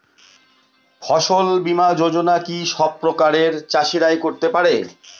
ফসল বীমা যোজনা কি সব প্রকারের চাষীরাই করতে পরে?